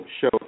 show